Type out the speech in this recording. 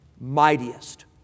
mightiest